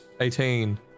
eighteen